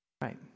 Right